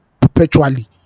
perpetually